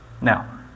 Now